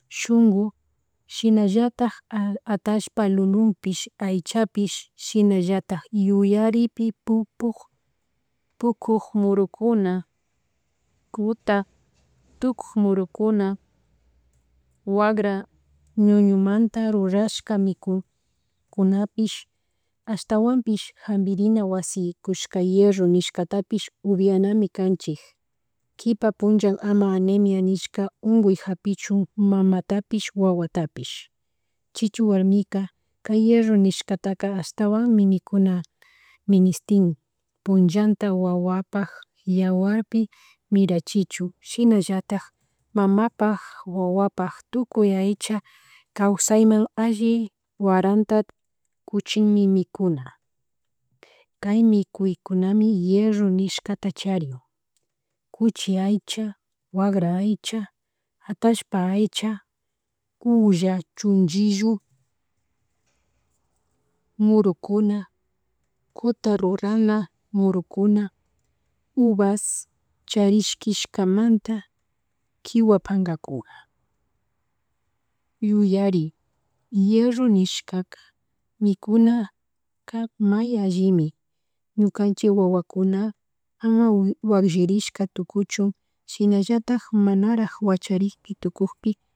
Shunku shinallatak a atallpa lulunpish aychapish shinallatak yuyaripi pupuk pukuk murukuna, kuta putuk murukuna, wagra ñuñumanta rrurashka mikunapish ashtawanpish jampirina wasi kushka hierro nishkatapish upianami kanchik kipa puncha ama anemia nishka unkuy japichun mamatapish wawatapish, chichu warmika kay hierro nishkataka ashwan mikuna ministin punllanta wawapak yaguarpi mirachuchun shinallatak mamapak wawapak tukuy aycha kayasay alli waranta kuchimi mikuna kay mi|kuykunami hierro nishkata charyn, kuchi aycha, wagra aycha, atashpa aycha, culla chunllillu, murukuna kuta rurana murukuna, uvas, charishkishkamanta, kiwa pankakuna, yuyari, hierro nishkaka mikuna kan may allimi ñikanchik wawakuna ama wakllirishka tukuchun shinllatak manarak wacharik tukukpi